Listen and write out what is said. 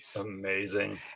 Amazing